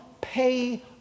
pay